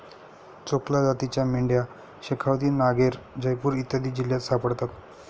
चोकला जातीच्या मेंढ्या शेखावती, नागैर, जयपूर इत्यादी जिल्ह्यांत सापडतात